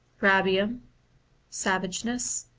rabicm savageness.